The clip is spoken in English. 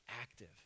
active